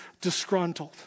disgruntled